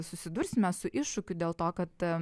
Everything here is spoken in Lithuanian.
susidursime su iššūkiu dėl to kad